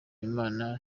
imana